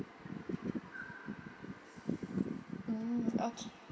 mm okay